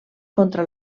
contra